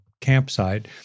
campsite